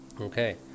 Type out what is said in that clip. Okay